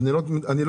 לא